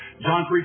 John